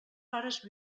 pares